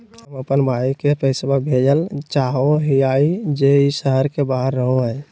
हम अप्पन भाई के पैसवा भेजल चाहो हिअइ जे ई शहर के बाहर रहो है